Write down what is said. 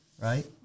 right